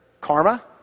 Karma